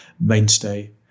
mainstay